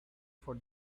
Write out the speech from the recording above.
for